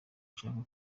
nshaka